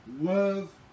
love